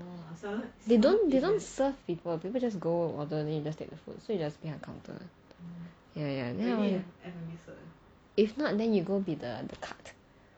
they don't they don't serve people people just go order then you just take the food so you just pay at counter ya ya then if not then you go be the cart